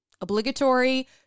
obligatory